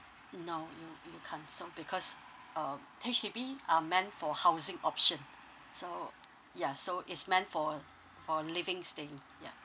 no you you can't so because um H_D_B are meant for housing option so ya so it's meant for for living staying ya